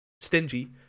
stingy